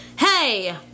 Hey